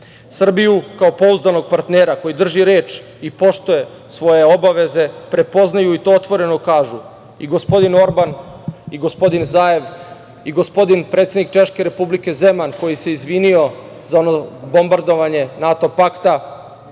kao pouzdanog partera koji drži reč i poštuje svoje obaveze prepoznaju, i to otvoreno kažu, i gospodin Orban i gospodin Zajev i gospodin predsednik Češke Republike Zeman, koji se izvinio za ono bombardovanje NATO pakta.